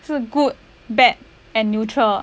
是 good bad and neutral